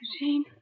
Eugene